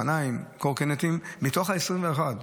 אופניים וקורקינטים, מתוך ה-21.